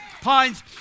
Pines